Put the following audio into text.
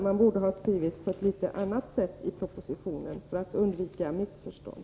Man borde ha skrivit på ett litet annat sätt i propositionen för att undvika missförstånd.